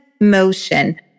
motion